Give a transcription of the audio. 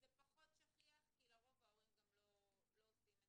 זה פחות שכיח כי לרוב ההורים גם לא עושים את